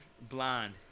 blonde